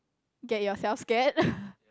get yourself scared